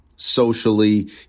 socially